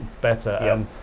better